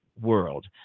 world